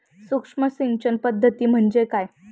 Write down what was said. सूक्ष्म सिंचन पद्धती म्हणजे काय?